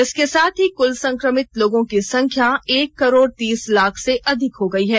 इसके साथ ही कुल संक्रमित लोगों की संख्या एक करोड तीस लाख से अधिक हो गई है